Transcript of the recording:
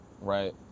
right